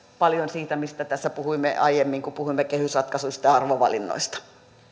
paljon siitä mistä tässä puhuimme aiemmin kun puhuimme kehysratkaisuista ja arvovalinnoista